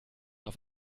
auf